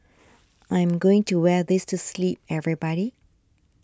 I am going to wear this to sleep everybody